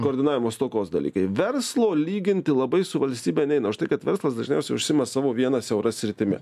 koordinavimo stokos dalykai verslo lyginti labai su valstybė neina už tai kad verslas dažniausia užsiima savo viena siaura sritimi